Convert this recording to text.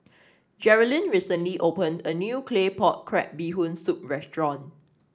Jerrilyn recently opened a new Claypot Crab Bee Hoon Soup restaurant